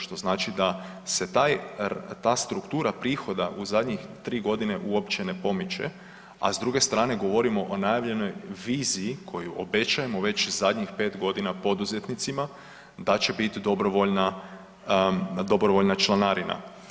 Što znači da se taj, ta struktura prihoda u zadnjih 3 godine uopće ne pomiče, a s druge strane govorimo o najavljenoj viziji koju obečajemo već zadnjih 5 godina poduzetnicima da će biti dobrovoljna, dobrovoljna članarina.